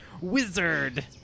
wizard